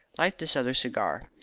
light this other cigar.